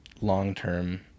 long-term